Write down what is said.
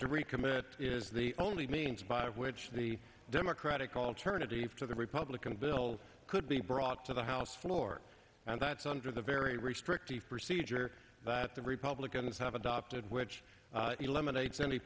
to recommit is the only means by which the democratic alternative to the republican bill could be brought to the house floor and that's under the very restrictive procedure that the republicans have adopted which eliminates any